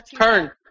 Turn